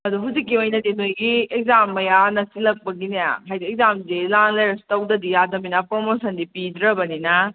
ꯑꯗꯨ ꯍꯧꯖꯤꯛꯀꯤ ꯑꯣꯏꯅꯗꯤ ꯅꯣꯏꯒꯤ ꯑꯦꯛꯖꯥꯝ ꯃꯌꯥ ꯅꯛꯁꯤꯜꯂꯛꯄꯒꯤꯅꯦ ꯍꯥꯏꯗꯤ ꯑꯦꯛꯖꯥꯝꯁꯦ ꯂꯥꯟ ꯂꯩꯔꯁꯨ ꯇꯧꯗꯗꯤ ꯌꯥꯗꯕꯅꯤꯅ ꯄ꯭ꯔꯣꯃꯣꯁꯟꯗꯤ ꯄꯤꯗ꯭ꯔꯕꯅꯤꯅ